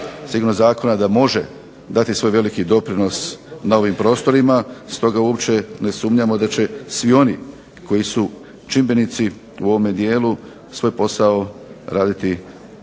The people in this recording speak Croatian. sigurno da može dati svoj veliki doprinos na ovim prostorima. Stoga uopće ne sumnjamo da će svi oni koji su čimbenici u ovome dijelu svoj posao raditi u